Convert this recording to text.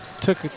Took